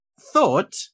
thought